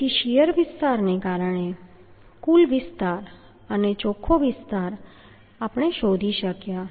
તેથી શીયર વિસ્તારને કારણે કુલ વિસ્તાર અને ચોખ્ખો વિસ્તાર આપણે શોધી શક્યા